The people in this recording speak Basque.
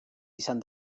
izan